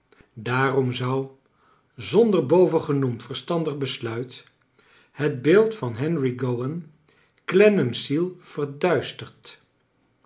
daarom zou zonder bovengenoemd verstandig besluit het beeld van henri gowan clennam's ziel verduisterd